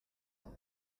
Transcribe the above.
ubu